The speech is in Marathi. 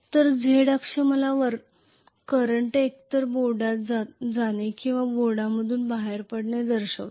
तर Z अक्ष मला करंट एकतर बोर्डात जाणे किंवा बोर्डमधून बाहेर पडणे दर्शवेल